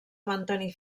mantenir